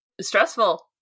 stressful